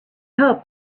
hoped